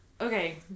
okay